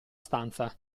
stanza